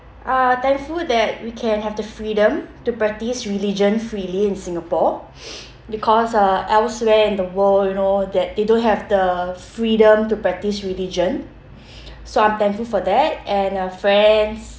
uh thankful that we can have the freedom to practise religion freely in Singapore because uh elsewhere in the world you know that they don't have the freedom to practise religion so I'm thankful for that and uh friends